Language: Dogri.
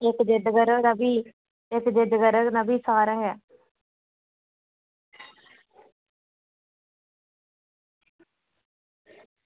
इक्क जिद्द करग तां भी इक्क जिद्द करग तां भी सारें गै